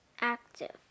active